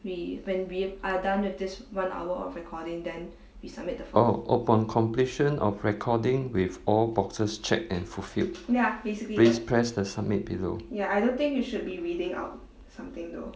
oh upon completion of recording with all boxes check and fulfilled please press to summit below